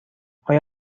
آیا